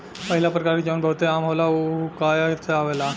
पहिला प्रकार जवन बहुते आम होला उ हुआकाया से आवेला